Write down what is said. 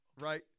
Right